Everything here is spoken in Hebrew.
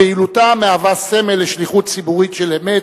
פעילותה מהווה סמל לשליחות ציבורית של אמת.